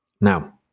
Now